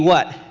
what?